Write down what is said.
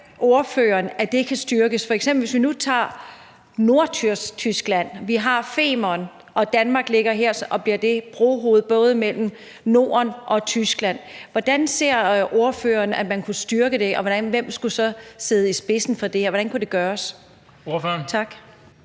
at det kan styrkes? Vi har Nordtyskland og Femern, og Danmark kan blive det her brohoved mellem Norden og Tyskland. Hvordan ser ordføreren, at man kunne styrke det, hvem skulle sidde i spidsen for det, og hvordan kan det gøres?